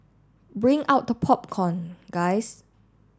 bring out the popcorn guys